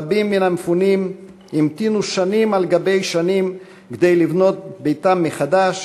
רבים מהמפונים המתינו שנים על גבי שנים כדי לבנות ביתם מחדש,